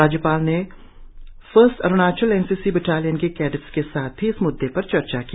राज्यपाल ने first Arunachal N C C battalion के कैडेट्स के साथ भी इस म्द्दे पर चर्चा की